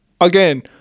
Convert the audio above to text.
Again